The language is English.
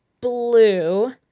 blue